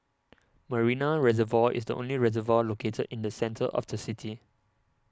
Marina Reservoir is the only reservoir located in the centre of the city